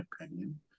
opinion